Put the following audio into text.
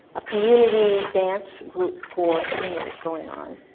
a community dance group for seniors going on.